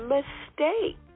Mistake